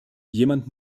jemand